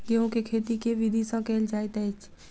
गेंहूँ केँ खेती केँ विधि सँ केल जाइत अछि?